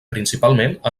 principalment